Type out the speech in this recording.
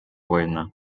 война